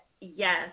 yes